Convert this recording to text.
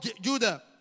Judah